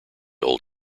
old